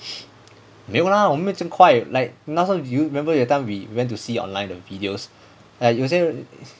没有 lah 我们没有这样快 like 那个 do you remember that time when we went to see online the videos like 有些人